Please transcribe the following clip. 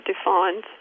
defines